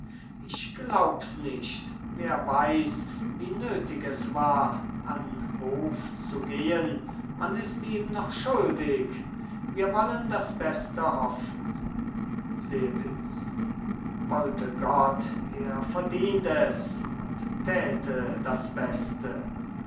ich glaub's nicht wer weiß wie nötig es war an hof zu gehen man ist ihm noch schuldig wir wollen das beste hoffen selbitz wollte gott er verdient es und täte das beste